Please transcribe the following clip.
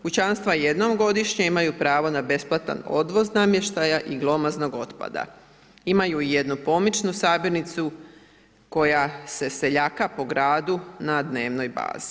Kućanstva jednom godišnje imaju pravo na besplatan odvoz namještaja i glomaznog otpada, imaju jednu pomoću sabirnicu koja se seljaka po gradu na dnevnoj bazi.